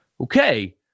Okay